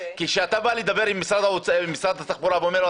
כי כשאתה בא לדבר עם משרד התחבורה ואומר לו,